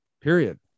Period